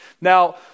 Now